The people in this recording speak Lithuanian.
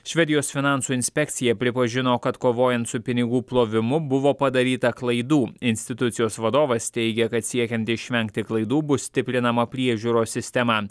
švedijos finansų inspekcija pripažino kad kovojant su pinigų plovimu buvo padaryta klaidų institucijos vadovas teigia kad siekiant išvengti klaidų bus stiprinama priežiūros sistema